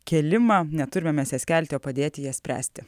kėlimą neturime mes jas kelti o padėti jas spręsti